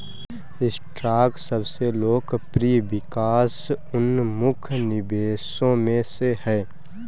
stock सबसे लोकप्रिय विकास उन्मुख निवेशों में से है